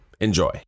Enjoy